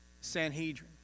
Sanhedrin